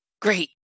Great